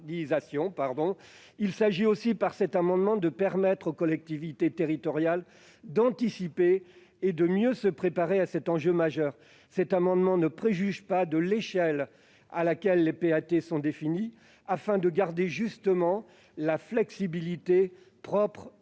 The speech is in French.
Il s'agit aussi, par cet amendement, de permettre aux collectivités territoriales d'anticiper et de mieux se préparer à cet enjeu majeur, sans préjuger de l'échelle à laquelle les PAT sont définis, afin de conserver la flexibilité propre au dispositif.